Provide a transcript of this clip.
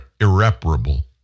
irreparable